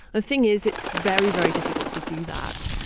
thing is it's very, very difficult to do that.